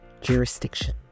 jurisdiction